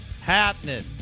happening